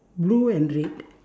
blue and red